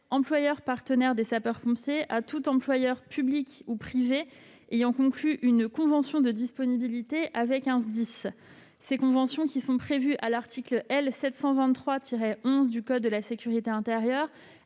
employeur partenaire des sapeurs-pompiers » à tout employeur public ou privé ayant conclu une convention de disponibilité avec un SDIS. Ces conventions, prévues à l'article L. 723-11 du code de la sécurité intérieure,